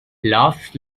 laughs